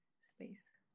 Space